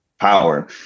power